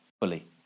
fully